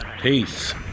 Peace